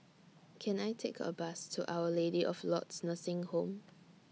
Can I Take A Bus to Our Lady of Lourdes Nursing Home